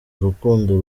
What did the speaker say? urukundo